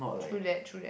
true that true that